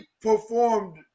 performed